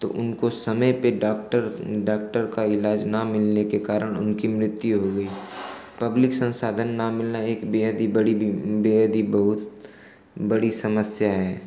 तो उनको समय पर डॉक्टर डॉक्टर का इलाज न मिलने के कारण उनकी मृत्यु हो गई थी पब्लिक संसाधन न मिलना एक बेहद ही बड़ी बीम बेहद ही बहुत बड़ी समस्या है